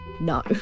No